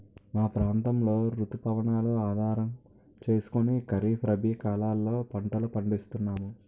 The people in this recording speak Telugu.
మా ప్రాంతంలో రుతు పవనాలను ఆధారం చేసుకుని ఖరీఫ్, రబీ కాలాల్లో పంటలు పండిస్తున్నాము